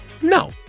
No